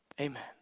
Amen